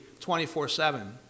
24-7